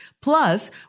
plus